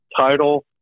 title